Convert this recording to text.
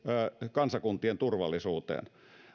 kansakuntien turvallisuuteen